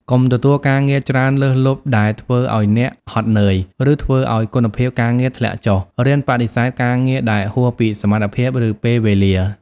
កុំទទួលការងារច្រើនលើសលប់ដែលធ្វើឱ្យអ្នកហត់នឿយ ឬធ្វើឱ្យគុណភាពការងារធ្លាក់ចុះ រៀនបដិសេធការងារដែលហួសពីសមត្ថភាព ឬពេលវេលា។